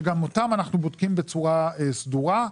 שגם אותן אנחנו בודקים בצורה סדורה.